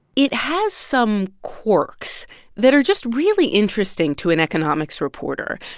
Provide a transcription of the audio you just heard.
it has some quirks that are just really interesting to an economics reporter.